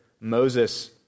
Moses